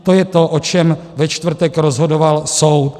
To je to, o čem ve čtvrtek rozhodoval soud.